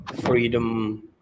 freedom